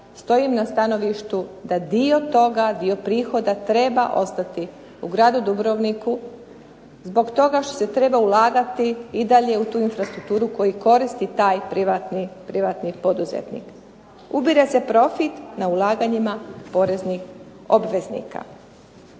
stojim na stanovištu da dio toga, dio prihoda treba ostati u Gradu Dubrovniku zbog toga što se treba ulagati i dalje u tu infrastrukturu koji koristi taj privatni poduzetnik. Ubire se profit na ulaganjima poreznih obveznika.